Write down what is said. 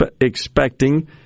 expecting